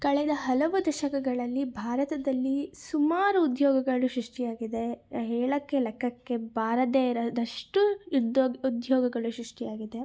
ಕಳೆದ ಹಲವು ದಶಕಗಳಲ್ಲಿ ಭಾರತದಲ್ಲಿ ಸುಮಾರು ಉದ್ಯೋಗಗಳು ಸೃಷ್ಟಿಯಾಗಿದೆ ಹೇಳೋಕ್ಕೆ ಲೆಕ್ಕಕ್ಕೆ ಬಾರದೇ ಇರದಷ್ಟು ಯುದ್ಧ ಉದ್ಯೋಗಗಳು ಸುಷ್ಟಿಯಾಗಿದೆ